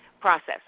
process